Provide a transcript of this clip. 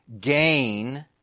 gain